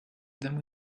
then